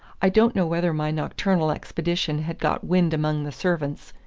i don't know whether my nocturnal expeditions had got wind among the servants,